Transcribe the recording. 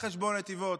על חשבון נתיבות.